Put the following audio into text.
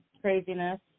craziness